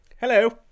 Hello